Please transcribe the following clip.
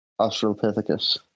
Australopithecus